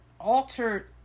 altered